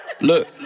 Look